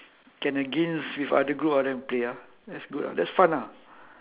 can against with other group ah then play ah that's good ah that's fun ah